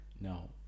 no